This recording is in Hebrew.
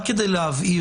רק כדי להבהיר,